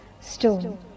Stone